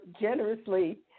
generously